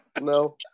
No